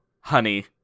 Honey